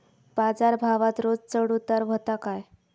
बाजार भावात रोज चढउतार व्हता काय?